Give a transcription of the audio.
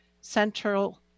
central